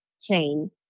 chain